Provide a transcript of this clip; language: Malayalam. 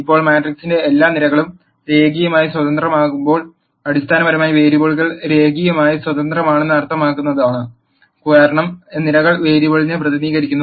ഇപ്പോൾ മാട്രിക്സിന്റെ എല്ലാ നിരകളും രേഖീയമായി സ്വതന്ത്രമാകുമ്പോൾ അടിസ്ഥാനപരമായി വേരിയബിളുകൾ രേഖീയമായി സ്വതന്ത്രമാണെന്നാണ് അർത്ഥമാക്കുന്നത് കാരണം നിരകൾ വേരിയബിളിനെ പ്രതിനിധീകരിക്കുന്നു